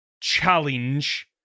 challenge